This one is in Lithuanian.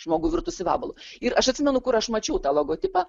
žmogų virtusį vabalu ir aš atsimenu kur aš mačiau tą logotipą